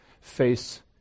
face